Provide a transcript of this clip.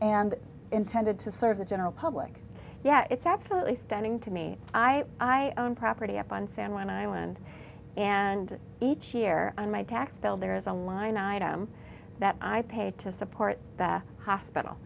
and intended to serve the general public yet it's absolutely stunning to me i i own property up on sand when i went and each year on my tax bill there is a line item that i paid to support that hospital